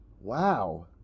wow